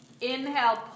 Inhale